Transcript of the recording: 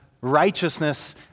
righteousness